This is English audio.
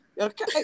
Okay